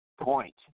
point